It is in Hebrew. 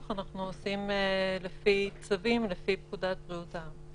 אנחנו עושים לפי צווים לפי פקודת בריאות העם.